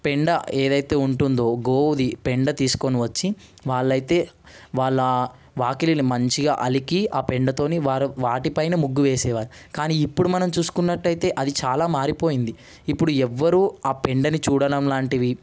పేడ ఏదయితే ఉంటుందో గోవుది పేడ తీసుకొని వచ్చి వాళ్లయితే వాళ్ళ వాకిలిని మంచిగా అలికి పేడతోని వారు వాటిపైన ముగ్గు వేసేవారు కానీ ఇప్పుడు మనం చూసుకున్నట్టయితే అది చాలా మారిపోయింది ఇప్పుడు ఎవ్వరు పెండని చూడడం లాంటివి